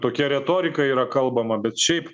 tokia retorika yra kalbama bet šiaip pats